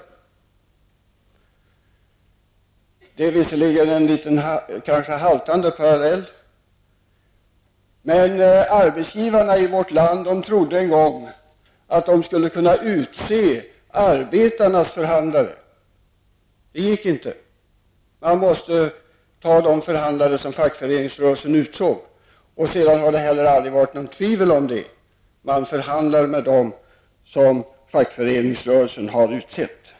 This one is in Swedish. Arbetsgivarna i vårt land trodde en gång att de skulle kunna utse arbetarnas förhandlare -- låt vara att det kanske är en haltande parallell -- men det gick inte. Man blev tvungen att acceptera de förhandlare som fackföreningsrörelsen utsåg. Sedan har det heller aldrig varit något tvivel om det: Man förhandlar med dem som fackföreningsrörelsen har utsett.